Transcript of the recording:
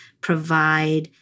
provide